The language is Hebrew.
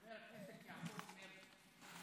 חבר הכנסת יעקב מרגי.